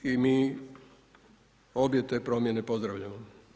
I mi obje te promjene pozdravljamo.